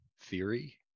theory